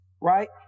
right